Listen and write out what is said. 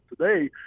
today